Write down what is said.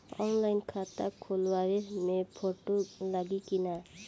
Online खाता खोलबाबे मे फोटो लागि कि ना?